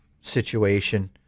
situation